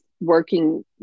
working